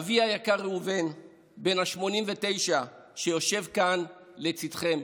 אבי היקר ראובן בן ה-89, שיושב כאן לצידכן.